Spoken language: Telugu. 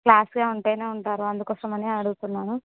క్లాస్ గా ఉంటేనే ఉంటారు అందుకోసమనే అడుగుతున్నాను